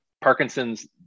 Parkinson's